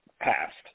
past